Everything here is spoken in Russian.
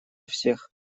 всех